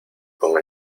con